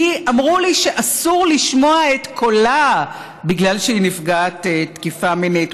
כי אמרו לי שאסור לשמוע את קולה בגלל שהיא נפגעת תקיפה מינית.